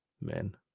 men